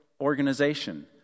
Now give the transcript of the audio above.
organization